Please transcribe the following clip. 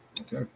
Okay